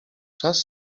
czas